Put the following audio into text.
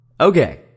Okay